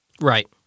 Right